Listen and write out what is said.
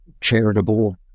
charitable